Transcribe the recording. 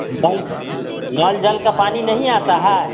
नल नल जल का पानी नहीं आता है